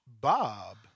Bob